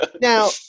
Now